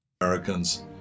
...Americans